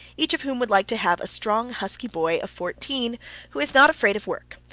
each of whom would like to have a strong, husky boy of fourteen who is not afraid of work,